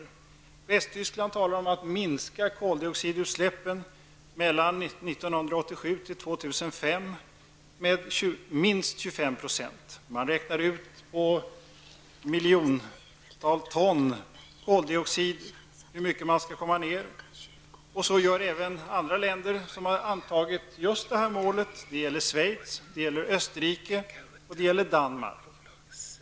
I Västtyskland talar man om att minska koldioxidutsläppen mellan Man räknar ut i miljontal ton hur mycket man skall minska koldioxidutsläppen. Så gör även andra länder som har antagit detta mål. Detta gäller Schweiz, Österrike och Danmark.